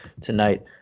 tonight